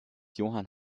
johann